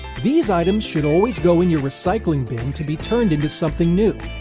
these items should always go in your recycling bin to be turned into something new.